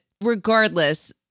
regardless